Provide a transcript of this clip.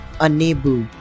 unable